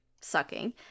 sucking